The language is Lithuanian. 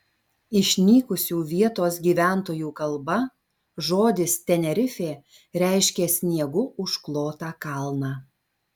išnykusių vietos gyventojų kalba žodis tenerifė reiškia sniegu užklotą kalną